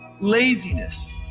laziness